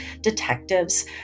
detectives